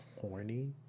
horny